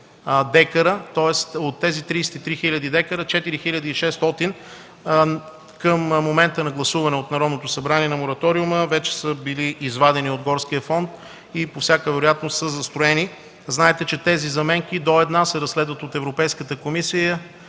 от тези 33 хил. дка – 4 хил. 600 дка към момента на гласуване от Народното събрание на мораториума вече са били извадени от горския фонд и по всяка вероятност са застроени. Знаете, че тези заменки до една се разследват от Европейската комисия